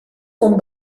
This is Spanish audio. con